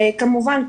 כמובן,